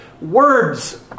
words